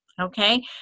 Okay